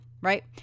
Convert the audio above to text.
Right